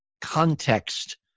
context